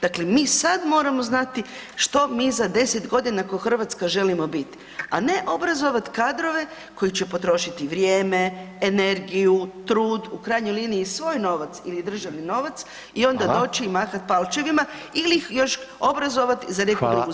Dakle mi sad moramo znati što mi za 10 godina kao Hrvatska želimo biti, a ne obrazovati kadrove koji će potrošiti vrijeme, energiju, trud, u krajnjoj liniji svoj novac ili državni novac, i onda doći i mahati [[Upadica: Hvala.]] palčevima ili ih još obrazovati za neku drugu zemlju.